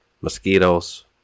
Mosquitoes